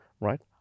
right